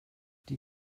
die